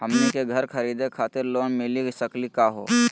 हमनी के घर खरीदै खातिर लोन मिली सकली का हो?